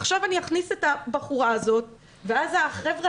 עכשיו הוא יכניס את האישה הזאת ואז החבר'ה